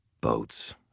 Boats